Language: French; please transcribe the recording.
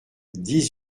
dix